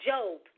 Job